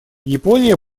япония